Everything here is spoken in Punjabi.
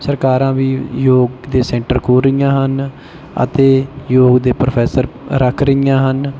ਸਰਕਾਰਾਂ ਵੀ ਯੋਗ ਦੇ ਸੈਂਟਰ ਖੋਲ੍ਹ ਰਹੀਆਂ ਹਨ ਅਤੇ ਯੋਗ ਦੇ ਪ੍ਰੋਫੈਸਰ ਰੱਖ ਰਹੀਆਂ ਹਨ